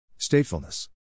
Statefulness